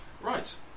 Right